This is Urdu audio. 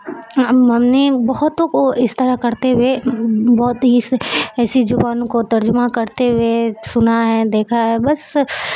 ہم نے بہتوں کو اس طرح کرتے ہوئے بہت ہی ایسی زبانوں کو ترجمہ کرتے ہوئے سنا ہے دیکھا ہے بس